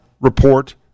report